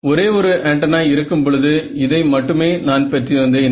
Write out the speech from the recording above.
ஒரே ஒரு ஆண்டனா இருக்கும் பொழுது இதை மட்டுமே நான் பெற்றிருந்தேன்